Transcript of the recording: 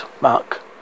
Mark